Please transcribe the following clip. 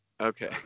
okay